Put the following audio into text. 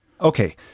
Okay